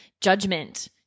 judgment